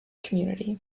community